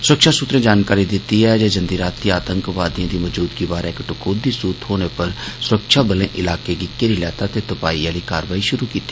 स्रक्षा सूत्रे जानकारी दित्ती ऐ जे जंदी रातीं आतंकवादिएं दी मौजूदगी बारै इक्क टकोह्दी सूह थ्होने पर स्रक्षाबलें इलाके गी घेरी लैता ते त्पाई आहली कार्रवाई श्रू कीती